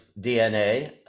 DNA